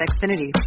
Xfinity